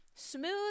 smooth